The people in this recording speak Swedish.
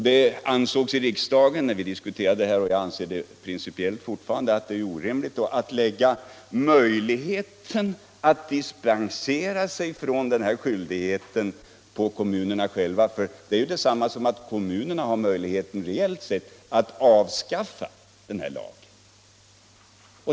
Det ansågs i riksdagen när detta diskuterades, och jag anser det fortfarande, att det då är orimligt att lägga möjligheten att dispensera sig från denna skyldighet på kommunerna själva. Det är detsamma som att kommunerna reellt sett avskaffar den här lagen.